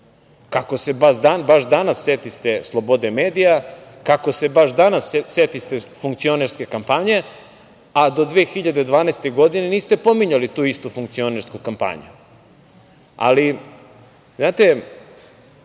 Kako se baš danas setiste slobode medija? Kako se baš danas setiste funkcionerske kampanje, a do 2012. godine niste pominjali tu istu funkcionersku kampanju? Ali, znate